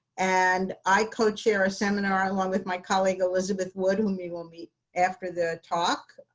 and i co-chair a seminar, along with my colleague elizabeth wood, whom we will meet after the talk.